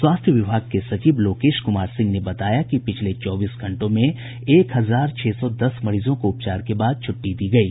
स्वास्थ्य विभाग के सचिव लोकेश कुमार सिंह ने बताया कि पिछले चौबीस घंटों में एक हजार छह सौ दस मरीजों को उपचार के बाद छट्टी दी गयी